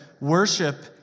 worship